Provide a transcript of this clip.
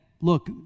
look